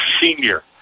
senior